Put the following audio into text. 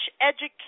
education